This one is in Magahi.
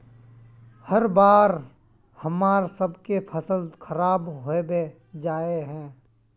हर बार हम्मर सबके फसल खराब होबे जाए है?